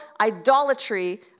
idolatry